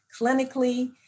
clinically